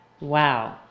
wow